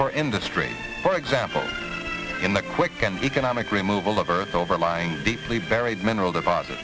for industry for example in the quick and economic removal of earth overlying deeply buried mineral deposit